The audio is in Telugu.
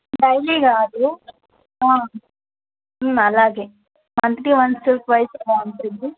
డైలీ కాదు అలాగే మంత్లీ వన్సు ట్వయిస్ అలా ఉంటుంది